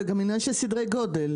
זה גם עניין של סדרי גודל,